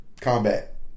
Combat